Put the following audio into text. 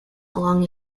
along